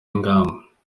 ingamba